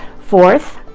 fourth,